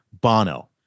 Bono